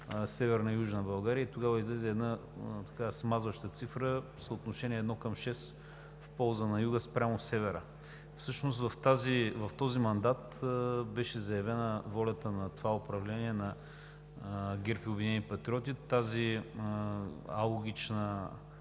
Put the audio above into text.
Северна и Южна България. Тогава излезе една смазваща цифра – съотношение едно към шест в полза на Юга спрямо Севера. В този мандат беше заявена волята на това управление – на ГЕРБ и „Обединени патриоти“, тази алогична